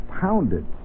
pounded